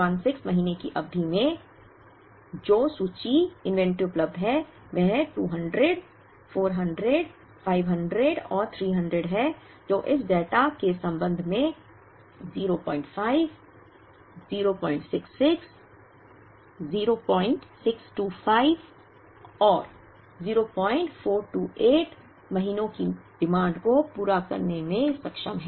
216 महीने की अवधि में जो सूची उपलब्ध है वह 200 400 500 और 300 है जो इस डेटा के संबंध में 05 066 0625 और 0428 महीनों की मांगों को पूरा करने में सक्षम है